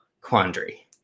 quandary